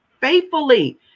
faithfully